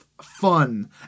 fun